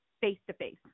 face-to-face